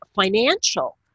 financial